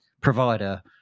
provider